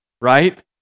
right